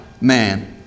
man